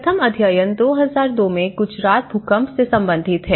प्रथम अध्ययन 2002 में गुजरात भूकंप से संबंधित है